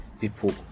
people